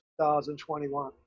2021